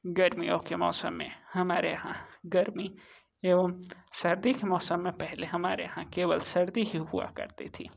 गर्मियों के मौसम में हमारे यहाँ गर्मी एवं सर्दी के मौसम में पहले हमारे यहाँ केवल सर्दी ही हुआ करती थी